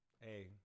Hey